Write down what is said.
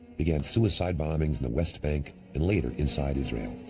began suicide bombings in the west bank, and later, inside israel.